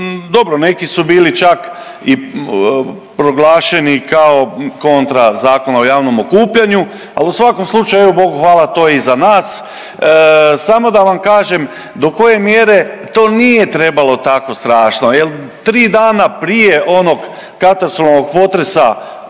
dobro neki su bili čak i proglašeni kao kontra Zakona o javnom okupljanju, al u svakom slučaju Bogu hvala to je iza nas. Samo da vam kažem do koje mjere to nije trebalo tako strašno jel tri dana prije onog katastrofalnog potresa